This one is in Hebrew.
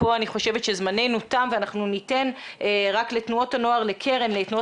תמר פתחיה ממשרד